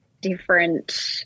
different